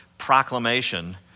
Proclamation